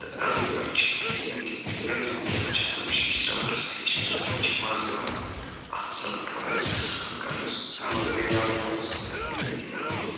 تہٕ أزِکۍ بچہِ چھِ یِم چھِ مٮ۪کزِمم بچہِ چھِ تِمو چھِ یہِ سرٛانٛٹھ آسان ہیٚچھمٕتۍ تِمن چھِ مزٕ یِوان اتھ سرٛانٛٹھ وایِنس تہٕ سرٛان کرنس یِمن دٔریاون منٛز یا ندی نالن منٛز